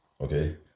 Okay